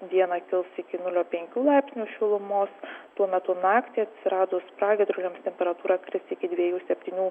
dieną kils iki nulio penkių laipsnių šilumos tuo metu naktį atsiradus pragiedruliams temperatūra kris iki dviejų septynių